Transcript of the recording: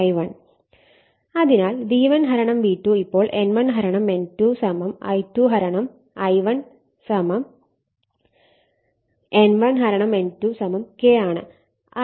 അതിനാൽ V1 V2 ഇപ്പോൾ N1 N2 I2 I1 N1 N2 K ആണ്